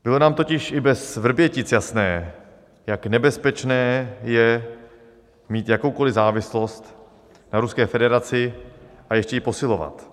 Bylo nám totiž i bez Vrbětic jasné, jak nebezpečné je mít jakoukoli závislost na Ruské federaci a ještě ji posilovat.